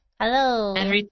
hello